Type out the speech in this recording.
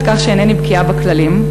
מתוסכלת מכך שאינני בקיאה בכללים,